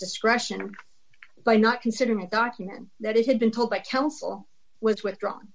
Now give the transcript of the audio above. discretion by not considering a document that it had been told by counsel was withdrawn